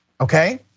okay